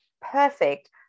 perfect